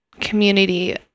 community